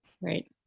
Right